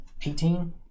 18